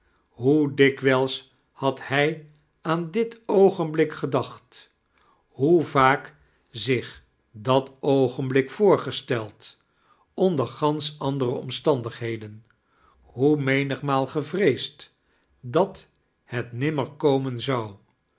hoe dikwijls had hij aan dit oogenblik gedacht hoe vaak zich dat oogenblik voorgesteld onder gansch andere omstandigheden hoe menigmaal gevreesd dat het nimmer komen zou